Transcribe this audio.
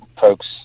folks